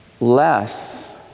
less